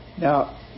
Now